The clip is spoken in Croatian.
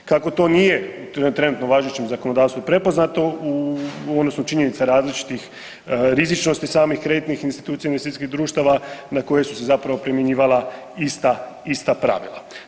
Kako to nije trenutno u važećem zakonodavstvu prepoznato u … činjenica različitih rizičnosti samih kreditnih institucija investicijskih društava na koje su se zapravo primjenjivala ista pravila.